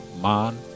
man